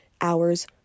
hours